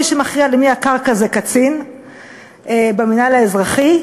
מי שמכריע למי הקרקע זה קצין במינהל האזרחי,